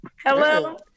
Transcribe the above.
Hello